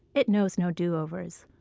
it knows no do-overs,